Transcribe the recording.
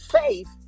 Faith